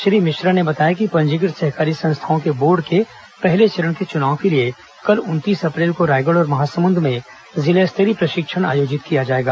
श्री मिश्रा ने बताया कि पंजीकृत सहकारी संस्थाओं के बोर्ड के पहले चरण के चुनाव के लिए कल उनतीस अप्रैल को रायगढ़ और महासमुंद में जिला स्तरीय प्रशिक्षण आयोजित किया जाएगा